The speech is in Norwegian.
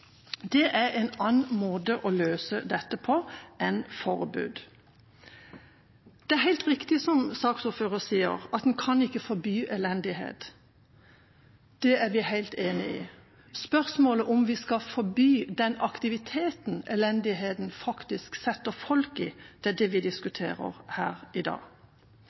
Det er en annen måte å løse dette på enn forbud. Det er helt riktig som saksordføreren sier, at en ikke kan forby elendighet. Det er vi helt enig i. Spørsmålet om vi skal forby den aktiviteten elendigheten faktisk setter folk i, er det vi diskuterer her i dag.